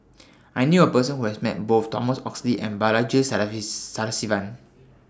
I knew A Person Who has Met Both Thomas Oxley and Balaji Sadasivan